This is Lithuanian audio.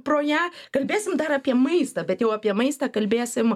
pro ją kalbėsim dar apie maistą bet jau apie maistą kalbėsim